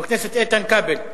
חבר הכנסת איתן כבל.